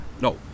No